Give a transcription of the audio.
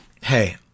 hey